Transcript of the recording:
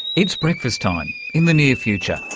it's breakfast time in the near future,